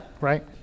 right